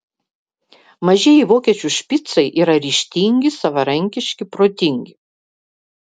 mažieji vokiečių špicai yra ryžtingi savarankiški protingi